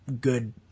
good